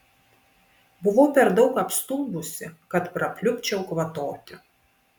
buvau per daug apstulbusi kad prapliupčiau kvatoti